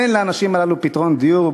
אין לאנשים הללו פתרון דיור.